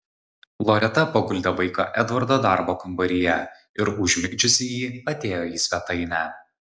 loreta paguldė vaiką edvardo darbo kambaryje ir užmigdžiusi jį atėjo į svetainę